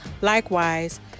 likewise